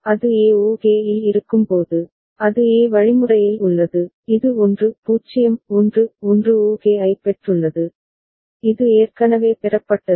அது e ok இல் இருக்கும்போது அது e வழிமுறையில் உள்ளது இது 1 0 1 1 ok ஐப் பெற்றுள்ளது இது ஏற்கனவே பெறப்பட்டது